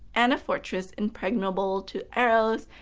and a fortress impregnable to arrows,